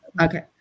Okay